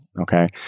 okay